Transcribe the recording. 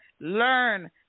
Learn